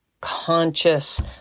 conscious